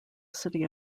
city